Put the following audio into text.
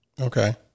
Okay